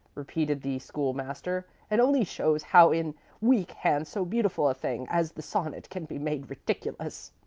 repeated the school-master. and only shows how in weak hands so beautiful a thing as the sonnet can be made ridiculous.